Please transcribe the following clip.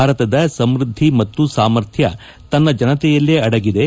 ಭಾರತದ ಸಮೃದ್ದಿ ಮತ್ತು ಸಾಮಾರ್ಥ್ಯ ತನ್ನ ಜನತೆಯಲ್ಲೇ ಅದಗಿದೆ